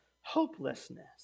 hopelessness